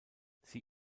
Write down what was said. sie